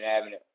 Avenue